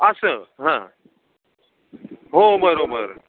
असं हां हो बरोबर